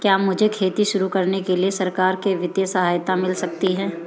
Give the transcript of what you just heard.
क्या मुझे खेती शुरू करने के लिए सरकार से वित्तीय सहायता मिल सकती है?